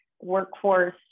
workforce